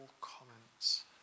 comments